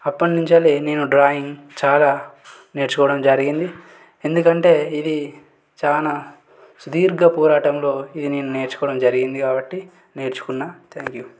అప్పటి నుంచిలే నేను డ్రాయింగ్ చాలా నేర్చుకోవడం జరిగింది ఎందుకు అంటే ఇది చాలా సుదీర్ఘ పోరాటంలో ఇది నేను నేర్చుకోవడం జరిగింది కాబట్టి నేర్చుకున్న థ్యాంక్యూ